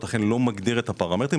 אכן לא מגדיר את הפרמטרים,